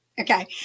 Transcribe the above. Okay